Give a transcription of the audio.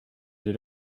did